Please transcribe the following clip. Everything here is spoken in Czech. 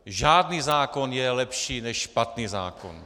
Žádný zákon je lepší než špatný zákon!